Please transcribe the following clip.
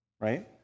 right